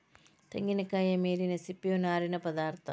ತೆಂಗಿನಕಾಯಿಯ ಮೇಲಿನ ಸಿಪ್ಪೆಯ ನಾರಿನ ಪದಾರ್ಥ